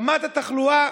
רמת התחלואה